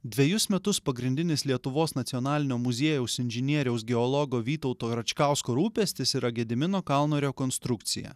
dvejus metus pagrindinis lietuvos nacionalinio muziejaus inžinieriaus geologo vytauto račkausko rūpestis yra gedimino kalno rekonstrukcija